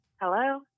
Hello